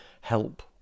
help